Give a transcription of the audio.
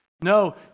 No